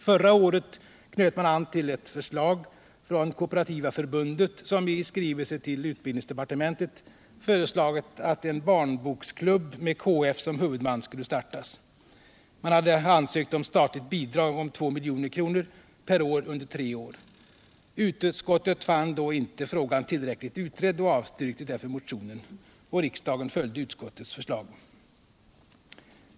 Förra året knöt man an till ett förslag från Kooperativa Förbundet, som i skrivelse till utbildningsdepartementet hade föreslagit att en barnboksklubb med KF som huvudman skulle startas. Man hade ansökt om ett statligt bidrag på 2 milj.kr. per år under tre år. Utskottet fann då inte frågan tillräckligt utredd och avstyrkte därför motionen. Riksdagen gick också på utskottets förslag.